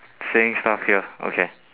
saying stuff here okay